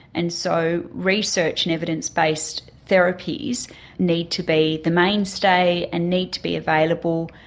and so research and evidence-based therapies need to be the mainstay and need to be available,